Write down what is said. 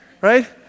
Right